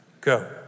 go